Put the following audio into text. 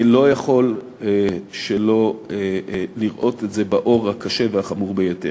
לא יכול שלא לראות את זה באור הקשה והחמור ביותר.